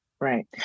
Right